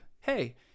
Hey